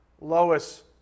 Lois